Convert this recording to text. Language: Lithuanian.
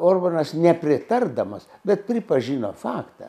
orbanas nepritardamas bet pripažino faktą